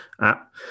app